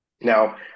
Now